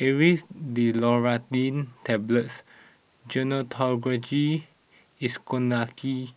Aerius DesloratadineTablets Gyno Travogen Isoconazole